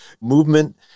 movement